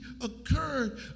occurred